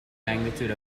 magnitude